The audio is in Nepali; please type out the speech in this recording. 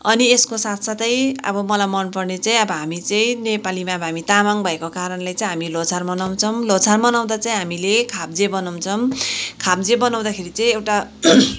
अनि यसको साथसाथै अब मलाई मनपर्ने चाहिँ अब हामी चाहिँ नेपालीमा अब हामी तामाङ भएको कारणले चाहिँ हामी लोछार मनाउँछौँ लोछार मनाउँदा चाहिँ हामीले खापजे बनाउँछौँ खापजे बनाउँदाखेरि चाहिँ एउटा